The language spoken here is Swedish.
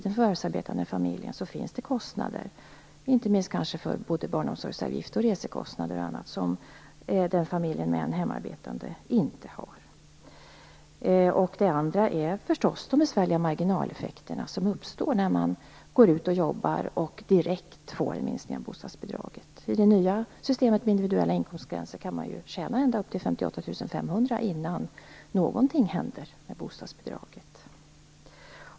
Den förvärvsarbetande familjen har kostnader, inte minst kostnader för barnomsorg och resor, som familjen med en hemarbetande inte har. Den andra delen är förstås de besvärliga marginaleffekter som uppstår när man går ut och jobbar och direkt får en minskning av bostadsbidraget. I det nya systemet med individuella inkomstgränser kan man ju tjäna ända upp till 58 500 innan någonting händer med bostadsbidraget.